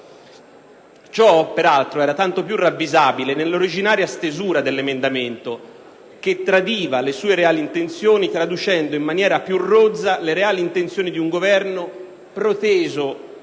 Ciò, peraltro, era tanto più ravvisabile nell'originaria stesura dell'emendamento, che tradiva le sue reali intenzioni traducendo in maniera più rozza i concreti orientamenti di un Governo proteso